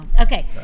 okay